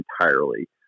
entirely